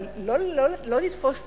אבל לא לתפוס צעד,